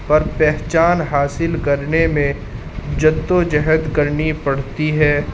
پر پہچان حاصل کرنے میں جدد و جہد کرنی پڑتی ہے